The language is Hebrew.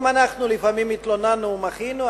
גם אנחנו לפעמים התלוננו ומחינו,